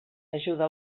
ajuda